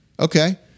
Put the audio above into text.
Okay